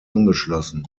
angeschlossen